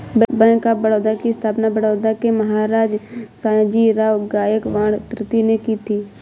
bank of Baroda की स्थापना बड़ौदा के महाराज सयाजीराव गायकवाड तृतीय ने की थी